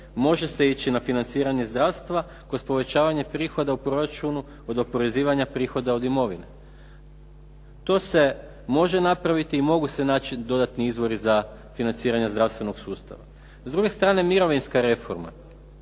Može se ići na financiranje zdravstva kroz povećavanje prihoda u proračunu od oporezivanja prihoda od imovine. To se može napraviti i mogu se naći dodatni izvori za financiranje zdravstvenog sustava. S druge strane, mirovinska reforma.